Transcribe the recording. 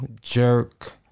jerk